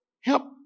help